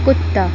कुत्ता